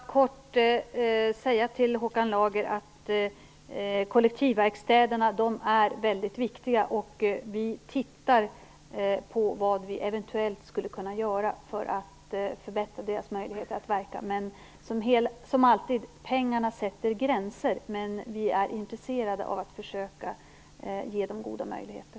Herr talman! Jag vill bara helt kort till Per Lager säga att kollektivverkstäderna är väldigt viktiga, och vi tittar på vad vi eventuellt skulle kunna göra för att förbättra deras möjlighet att verka. Men som alltid sätter pengarna gränser, men vi är intresserade av att försöka ge dem goda möjligheter.